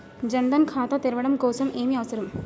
జన్ ధన్ ఖాతా తెరవడం కోసం ఏమి అవసరం?